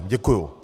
Děkuju.